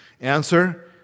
Answer